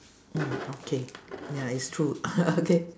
mm okay ya it's true okay